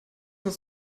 uns